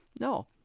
No